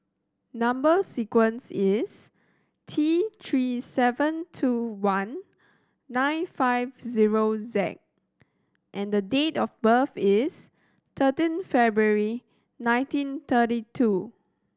number sequence is T Three seven two one nine five zero Z and date of birth is thirteen February nineteen thirty two